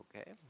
okay